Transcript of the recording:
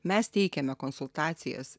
mes teikiame konsultacijas